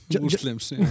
Muslims